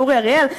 לאורי אריאל,